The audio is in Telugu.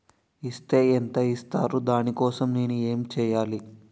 ఇస్ తే ఎంత ఇస్తారు దాని కోసం నేను ఎంచ్యేయాలి?